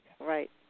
Right